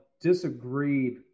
disagreed